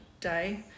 day